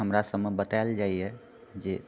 हमरा सभमे बताएल जाइए जे